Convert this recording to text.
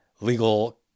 legal